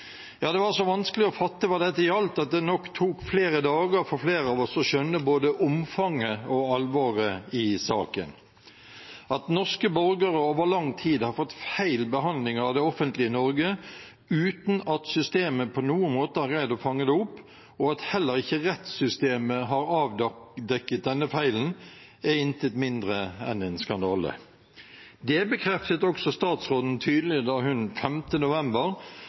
Ja, det var så vanskelig å fatte hva dette gjaldt, at det nok tok flere dager for flere av oss å skjønne både omfanget og alvoret i saken. At norske borgere over lang tid har fått feil behandling av det offentlige Norge uten at systemet på noen måte har greid å fange det opp, og at heller ikke rettssystemet har avdekket denne feilen, er intet mindre enn en skandale. Det bekreftet også statsråden tydelig da hun 5. november